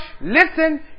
listen